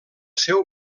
seu